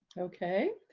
okay.